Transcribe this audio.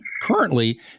Currently